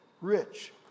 rich